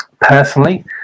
Personally